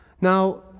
Now